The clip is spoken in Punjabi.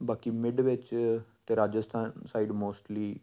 ਬਾਕੀ ਮਿਡ ਵਿੱਚ ਅਤੇ ਰਾਜਸਥਾਨ ਸਾਈਡ ਮੋਸਟਲੀ